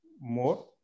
more